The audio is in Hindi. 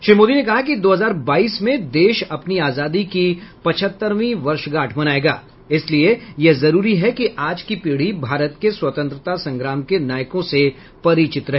श्री मोदी ने कहा कि दो हजार बाईस में देश अपनी आजादी की पचहत्तरवीं वर्षगांठ मनाएगा इसलिए यह जरूरी है कि आज की पीढ़ी भारत के स्वतंत्रता संग्राम के नायकों से परिचित रहे